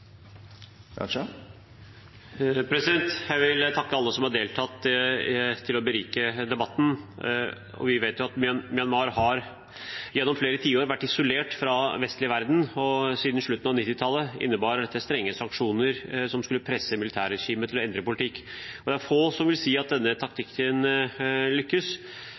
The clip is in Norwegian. å berike debatten. Vi vet jo at Myanmar gjennom flere tiår har vært isolert fra den vestlige verden, og siden slutten av 1990-tallet innebar dette strenge sanksjoner som skulle presse militærregimet til å endre politikk. Det er få som vil si at denne taktikken